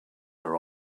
are